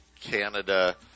Canada